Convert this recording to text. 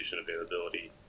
availability